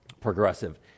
progressive